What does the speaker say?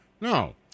No